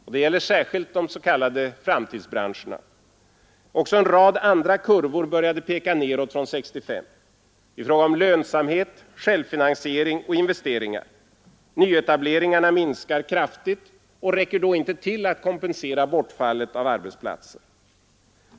Detta gäller också de s.k. framtidsbranscherna. Också en rad andra kurvor började peka nedåt från 1965. Det gäller t.ex. lönsamhet, siering och investeringar. Nyetableringarna minskar kraftigt och räcker då inte till för att kompensera bortfallet av arbetsplatser.